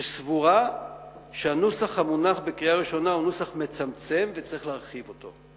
שסבורה שהנוסח המונח לקריאה ראשונה הוא נוסח מצמצם וצריך להרחיב אותו.